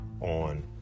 on